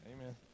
Amen